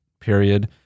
period